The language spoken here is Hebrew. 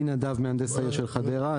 אני נדב, מהנדס העיר של חדרה.